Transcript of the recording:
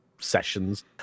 sessions